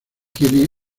tiene